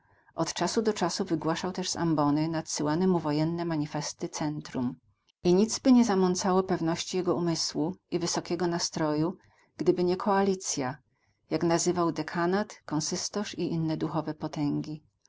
od czasu do czasu wygłaszał też z ambony nadsyłane mu wojenne manifesty centrum i nicby nie zamącało pewności jego umysłu i wysokiego nastroju gdyby nie koalicja jak nazywał dekanat konsystorz i inne duchowne potęgi